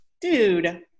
dude